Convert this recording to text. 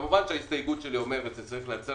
כמובן שההסתייגות שלי אומרת שצריך לייצר